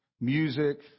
music